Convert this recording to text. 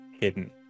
hidden